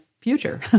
future